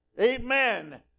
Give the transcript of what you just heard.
Amen